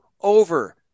over